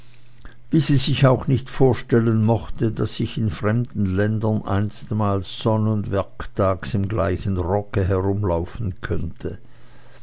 wie sie sich auch nicht vorstellen mochte daß ich in fremden ländern einstmals sonn und werkeltags im gleichen rocke herumlaufen könnte